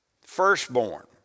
firstborn